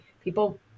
People